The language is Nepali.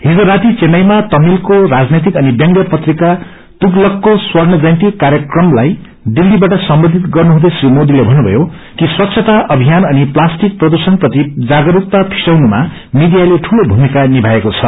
हिज राती चेन्नईमा तामिलको राजनैतिक अनि व्यंग पत्रिका तुगलकको स्वर्ण जयन्ती कार्यक्रमलाई दिल्लीबाट सम्बोधित गर्नुहँदै श्री मोदीले थन्नुथयो कि स्वच्छता अभिन अनि प्लास्टिक प्रदूषको प्रति जागस्कता फिँजाउनुया मीडियाले ठूलो भूमिका निभाएको छ